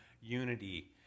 unity